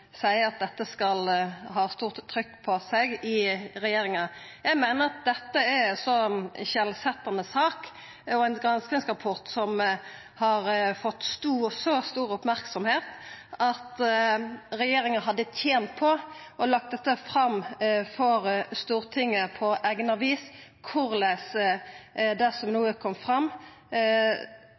seier at dette skal få stort trykk på seg i regjeringa. Eg meiner at dette er ei så skilsetjande sak og ein granskingsrapport som har fått så stor merksemd at regjeringa hadde tent på å leggja fram for Stortinget, på eigna vis, korleis det som no er kome fram,